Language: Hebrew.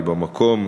היא במקום,